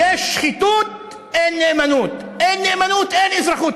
יש שחיתות, אין נאמנות, אין נאמנות, אין אזרחות.